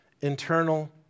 internal